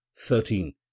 thirteen